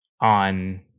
on